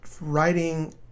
writing